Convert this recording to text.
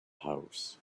house